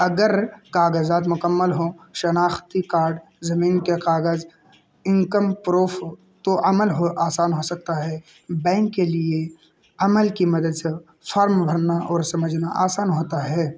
اگر کاغذات مکمل ہوں شناختی کارڈ زمین کے کاغذ انکم پروف تو عمل ہو آسان ہو سکتا ہے بینک کے لیے عمل کی مدد سے فارم بھرنا اور سمجھنا آسان ہوتا ہے